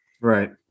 Right